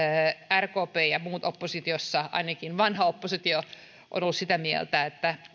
rkp ja muut oppositiossa ainakin vanha oppositio ovat olleet sitä mieltä että